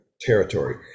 territory